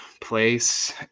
place